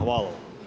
Hvala.